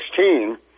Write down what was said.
2016